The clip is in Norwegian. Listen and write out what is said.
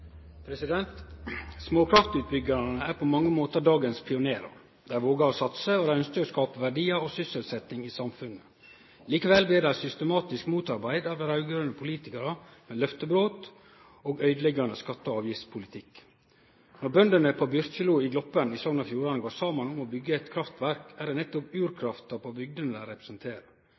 er på mange måtar dagens pionerar. Dei vågar å satse, og dei ønskjer å skape verdiar og sysselsetjing i samfunnet. Likevel blir dei systematisk motarbeidde av dei raud-grøne politikarane med løftebrot og øydeleggjande skatte- og avgiftspolitikk. Når bøndene på Byrkjelo i Gloppen i Sogn og Fjordane går saman om å byggje eit kraftverk, er det nettopp urkrafta på bygdene dei representerer.